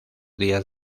días